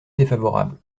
défavorable